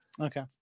Okay